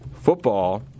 football